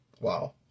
Wow